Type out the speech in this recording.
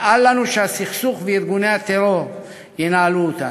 ואל לנו שהסכסוך וארגוני הטרור ינהלו אותנו.